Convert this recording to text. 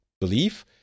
belief